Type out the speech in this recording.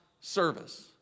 service